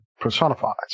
personifies